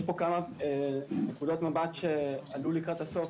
יש פה כמה נקודות מבט שעלו לקראת הסוף,